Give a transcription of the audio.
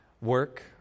work